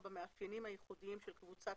במאפיינים הייחודיים של קבוצת